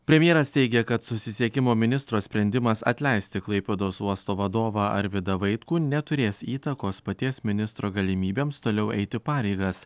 premjeras teigia kad susisiekimo ministro sprendimas atleisti klaipėdos uosto vadovą arvydą vaitkų neturės įtakos paties ministro galimybėms toliau eiti pareigas